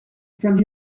from